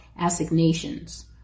assignations